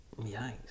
Yikes